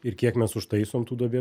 ir kiek mes užtaisom tų duobių